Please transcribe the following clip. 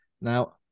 Now